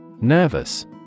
Nervous